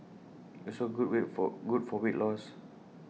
it's also good read for good for weight loss